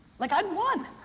like, i'd won.